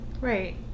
right